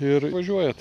ir važiuojat